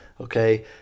okay